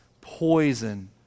poison